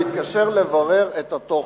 הוא התקשר לברר את התוכן.